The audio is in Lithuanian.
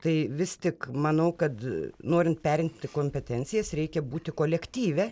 tai vis tik manau kad norint perimti kompetencijas reikia būti kolektyve